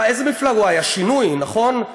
מה, מאיזו מפלגה הוא היה, שינוי, נכון?